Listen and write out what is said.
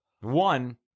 one